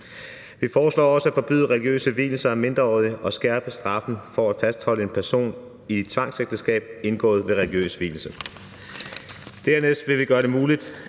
Vi foreslår også at forbyde religiøse vielser af mindreårige og skærper straffen for at fastholde en person i et tvangsægteskab indgået ved religiøs vielse. Dernæst vil vi gøre det muligt